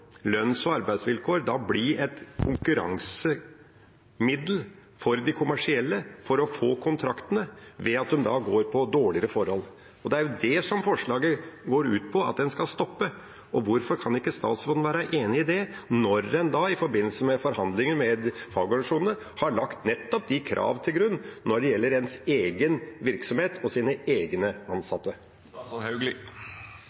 lønns- og arbeidsvilkår bli et konkurransemiddel for de kommersielle for å få kontraktene ved at de da går inn for dårligere forhold. Det er det en vil stoppe med dette representantforslaget. Hvorfor kan ikke statsråden være enig i det, når en i forbindelse med forhandlinger med fagorganisasjonene har lagt nettopp de kravene til grunn når det gjelder sin egen virksomhet og sine egne